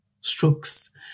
strokes